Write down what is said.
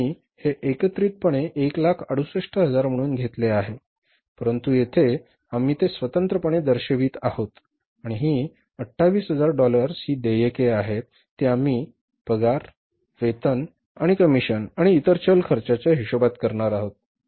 आम्ही हे एकत्रितपणे 168000 म्हणून घेतले आहे परंतु येथे आम्ही ते स्वतंत्रपणे दर्शवित आहोत आणि ही 28000 डॉलर्स ही देयके आहेत ती आम्ही पगार वेतन आणि कमिशन आणि इतर चल खर्चाच्या हिशोबात करणार आहोत